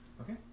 Okay